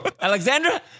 Alexandra